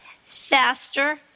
faster